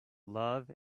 love